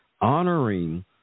honoring